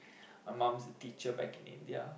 my mum's a teacher back in India